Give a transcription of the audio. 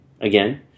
again